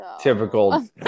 Typical